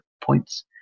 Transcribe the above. points